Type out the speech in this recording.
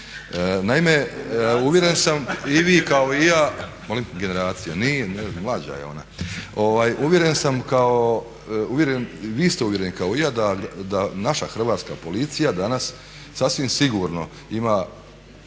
Naime, uvjeren sam i vi kao i ja … …/Upadica: Generacija./… Molim? Generacija, nije, ne znam, mlađa je ona. Uvjeren sam kao, vi ste uvjereni kao i ja da naša Hrvatska policija danas sasvim sigurno ima